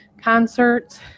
concerts